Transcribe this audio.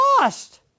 lost